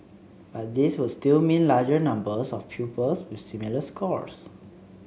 but these would still mean larger numbers of pupils with similar scores